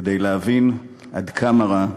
כדי להבין עד כמה רע,